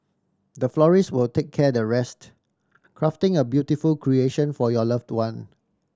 the florist will take care the rest crafting a beautiful creation for your loved one